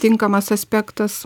tinkamas aspektas